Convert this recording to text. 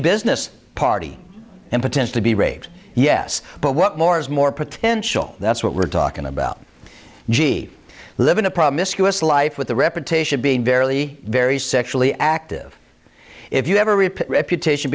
business party and potentially be raped yes but what more is more potential that's what we're talking about gee i live in a problem isc us life with the reputation of being barely very sexually active if you ever report reputation